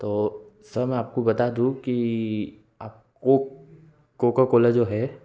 तो सर मैं आपको बता दूँ कि आपको कोका कोला ज़ो है